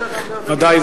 ודאי.